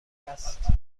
است